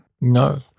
No